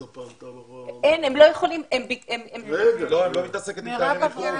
הם לא עוסקים בזה.